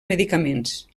medicaments